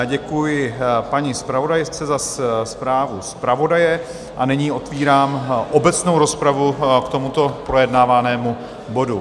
Děkuji paní zpravodajce za zprávu zpravodaje a nyní otevírám obecnou rozpravu k tomuto projednávanému bodu.